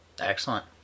Excellent